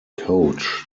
coach